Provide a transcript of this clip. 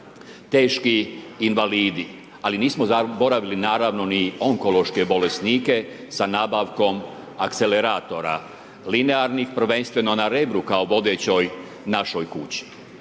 teški invalidi. Ali nismo zaboravili naravno ni onkološke bolesnike sa nabavkom akceleratora. Linearnih prvenstveno na Rebru kao vodećoj našoj kući